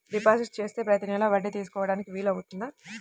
Deposit చేస్తే ప్రతి నెల వడ్డీ తీసుకోవడానికి వీలు అవుతుందా?